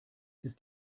ist